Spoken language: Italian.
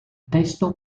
testo